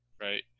right